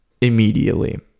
immediately